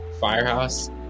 Firehouse